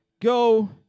Go